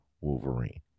Wolverine